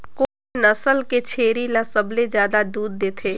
कोन नस्ल के छेरी ल सबले ज्यादा दूध देथे?